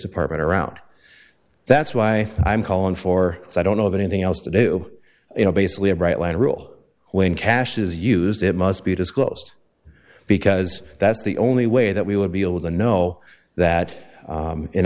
department around that's why i'm calling for i don't know of anything else to do you know basically a bright line rule when cash is used it must be disclosed because that's the only way that we would be able to know that